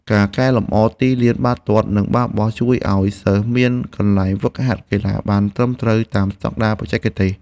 ការកែលម្អទីលានបាល់ទាត់និងបាល់បោះ ជួយឱ្យសិស្សមានកន្លែងហ្វឹកហាត់កីឡាបានត្រឹមត្រូវតាមស្តង់ដារបច្ចេកទេស។